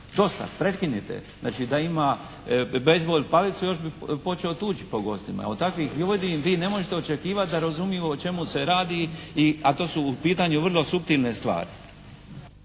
Dosta. Prekinite." Znači da ima bejzbol palicu još bi počeo tući po gostima. Evo od takvih ljudi vi ne možete očekivati da razumiju o čemu se radi, a to su u pitanju vrlo suptilne stvari.